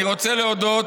אני רוצה להודות